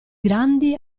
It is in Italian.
grandi